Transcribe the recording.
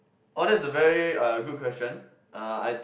oh that's a very uh good question uh I